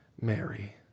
Mary